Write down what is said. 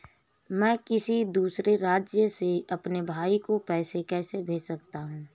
मैं किसी दूसरे राज्य से अपने भाई को पैसे कैसे भेज सकता हूं?